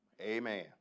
Amen